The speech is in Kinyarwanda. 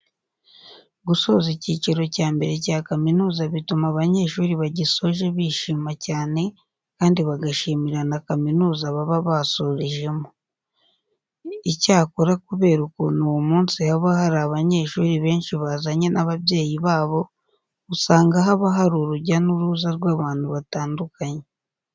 Gusoza icyiciro cya mbere cya kaminuza bituma abanyeshuri bagisoje bishima cyane kandi bagashimira na kaminuza baba basorejemo. Icyakora kubera ukuntu uwo munsi haba hari abanyeshuri benshi bazanye n'ababyeyi babo, usanga haba hari urujya n'uruza rw'abantu batandukanye.